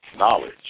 knowledge